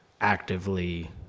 actively